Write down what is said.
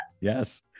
Yes